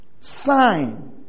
sign